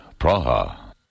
Praha